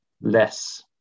less